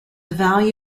value